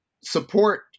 support